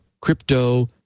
crypto